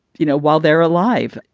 you know, while they're alive,